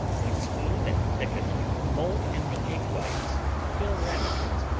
when smooth and thickened fold in the egg whites and fill ramekins,